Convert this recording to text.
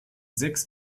sechs